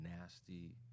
nasty